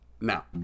now